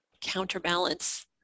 counterbalance